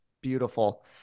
beautiful